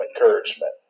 encouragement